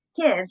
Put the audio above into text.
kids